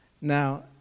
Now